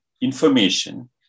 information